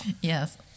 Yes